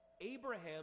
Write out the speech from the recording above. Abraham